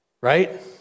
right